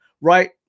right